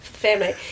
Family